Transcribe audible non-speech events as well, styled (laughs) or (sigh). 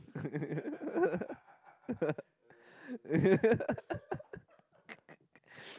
(laughs)